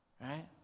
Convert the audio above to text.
Right